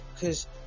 Cause